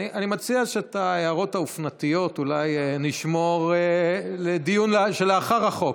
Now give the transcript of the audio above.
אני מציע שאת ההערות האופנתיות אולי נשמור לדיון שלאחר החוק.